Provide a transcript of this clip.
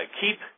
keep